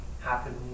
happen